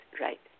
right